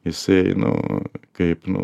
jisai nu kaip nu